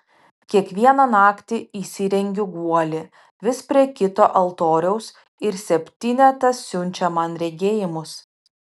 kiekvieną naktį įsirengiu guolį vis prie kito altoriaus ir septynetas siunčia man regėjimus